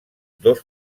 dos